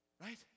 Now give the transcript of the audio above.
Right